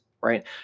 right